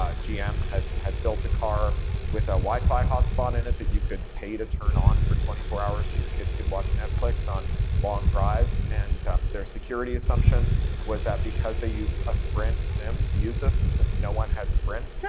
gm had had built a car with a wifi hotspot in it that you could pay to turn on for twenty four hours so your kids could watch netflix on long drives, and their security assumption was that because they used a sprint sim to use this, and since no one had sprint,